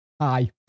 hi